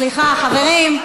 ודאי שהוא חייב הסברים.